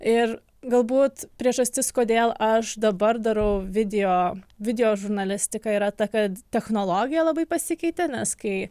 ir galbūt priežastis kodėl aš dabar darau video video žurnalistiką yra ta kad technologija labai pasikeitė nes kai